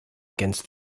against